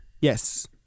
Yes